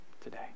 today